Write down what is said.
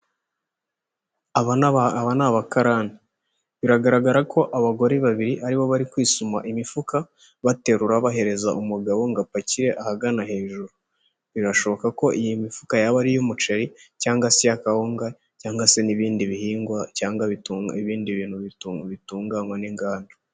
Aba ni abakarani. Biragaragara ko abagore babiri aribo bari kwisuma imifuka baterura bahereza umugabo ngo apakire ahagana hejuru. Birashoboka ko iyi mifuka yaba iy'umuceri cyangwa se iy'a kahunga cyangwa se n'ibindi bihingwa cyangwa bitunga ibindi bintu bitunganywa n'inganda.